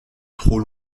trop